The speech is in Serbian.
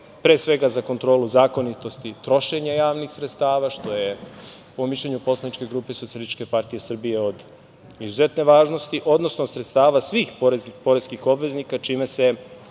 pre svega za kontrolu zakonitosti trošenja javnih sredstava, što je po mišljenju poslaničke grupe SPS od izuzetne važnosti, odnosno sredstava svih poreskih obveznika, čime se